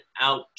out